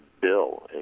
Bill